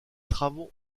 travaux